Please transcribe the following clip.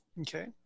Okay